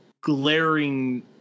glaring